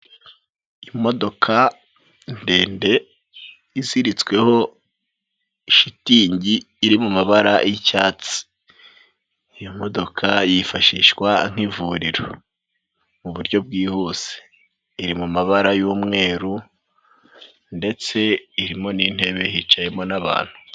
Imodoka ndende iziritsweho shitingi iri mu mabara y'icyatsi. Iyo modoka yifashishwa nk'ivuriro mu buryo bwihuse. Iri mu mabara y'umweru ndetse irimo n'intebe, hicayemo n'abantu.